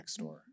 Nextdoor